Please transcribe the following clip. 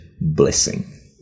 blessing